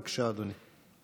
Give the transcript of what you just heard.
בבקשה, אדוני.